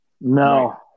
No